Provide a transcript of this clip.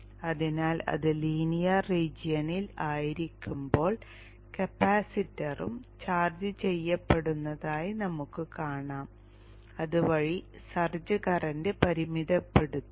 അതിനാൽ അത് ലീനിയർ റീജിയണിൽ ആയിരിക്കുമ്പോൾ കപ്പാസിറ്ററും ചാർജ് ചെയ്യപ്പെടുന്നതായി നമുക്ക് കാണാം അതുവഴി സർജ് കറന്റ് പരിമിതപ്പെടുത്തുന്നു